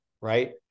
Right